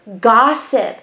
gossip